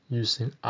using